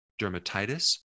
dermatitis